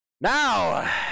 Now